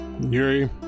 Yuri